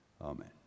amen